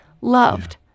loved